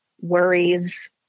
worries